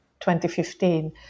2015